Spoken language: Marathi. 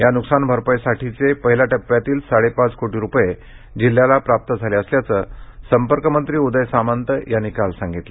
या नुकसान भरपाईसाठीचे पहिल्या टप्प्यातील साडेपाच कोटी रुपये जिल्ह्याला प्राप्त झाले असल्याचं संपर्कमंत्री उदय सामंत यांनी काल सांगितलं